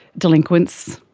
delinquents,